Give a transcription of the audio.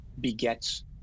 begets